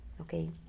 okay